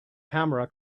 camera